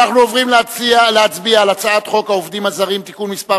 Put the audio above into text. אנחנו עוברים להצביע על הצעת חוק עובדים זרים (תיקון מס'